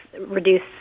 reduce